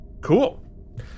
Cool